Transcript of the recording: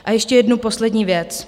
A ještě jednu poslední věc.